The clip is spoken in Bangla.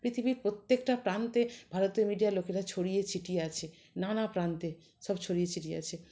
পৃথিবীর প্রত্যেকটা প্রান্তে ভারতীয় মিডিয়ার লোকেরা ছড়িয়ে ছিটিয়ে আছে নানা প্রান্তে সব ছড়িয়ে ছিটিয়ে আছে